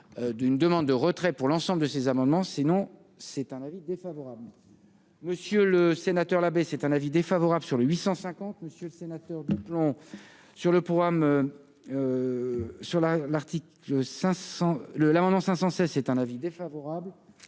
d'une demande de retrait pour l'ensemble de ces amendements non c'est un avis défavorable, monsieur le sénateur Labbé, c'est un avis défavorable sur le 850 Monsieur le Sénateur de plomb sur le programme sur la l'article